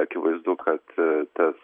akivaizdu kad tas